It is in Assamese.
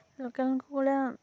লোকেল কুকুৰা